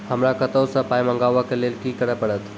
हमरा कतौ सअ पाय मंगावै कऽ लेल की करे पड़त?